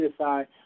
CSI